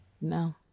No